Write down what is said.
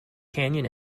canyon